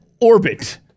orbit